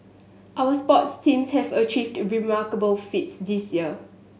our sports teams have achieved remarkable feats this year